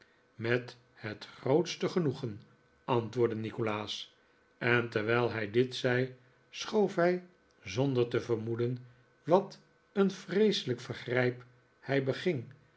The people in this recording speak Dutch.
met het grootste genoegerf antwoordde nikolaas en terwijl hij dit zei schoof hij zonder te vermoeden wat een vreeselijk vergrijp hij beging